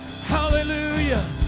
Hallelujah